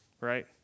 right